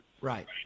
Right